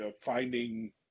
finding